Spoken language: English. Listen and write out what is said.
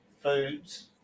foods